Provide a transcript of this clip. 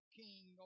king